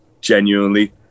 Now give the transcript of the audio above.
genuinely